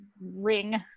ring